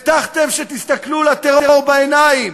הבטחתם שתסתכלו לטרור בעיניים,